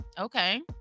okay